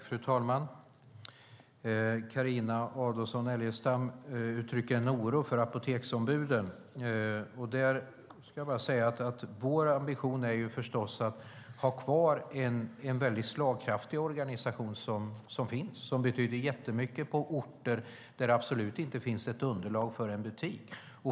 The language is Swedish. Fru talman! Carina Adolfsson Elgestam uttrycker oro över apoteksombuden. Vår ambition är förstås att ha kvar en slagkraftig organisation som finns och betyder jättemycket på orter där det absolut inte finns underlag för en butik.